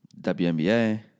wnba